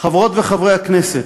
חברות וחברי הכנסת,